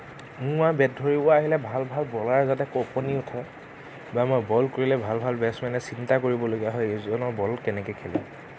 মোৰ বেট ধৰিব আহিলে ভাল ভাল বলাৰৰ যাতে কঁপনি উঠে বা মই বল কৰিলে ভাল ভাল বেটচমেনে চিন্তা কৰিব লগা হয় এইজনৰ বল কেনেকে খেলিম